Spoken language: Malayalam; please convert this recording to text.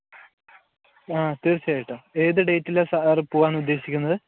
ആ തീർച്ചയായിട്ടും ഏത് ഡേയ്റ്റിലാണ് സർ പോവാൻ ഉദ്ദേശിക്കുന്നത്